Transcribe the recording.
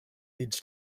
leads